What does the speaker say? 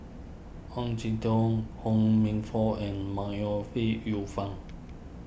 Ong Jin Teong Ho Minfong and May Ooi Yu Fen